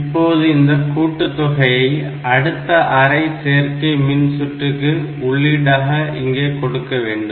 இப்போது இந்த கூட்டுத்தொகையை அடுத்த அரை சேர்க்கை மின் சுற்றுக்கு உள்ளீடாக இங்கே கொடுக்க வேண்டும்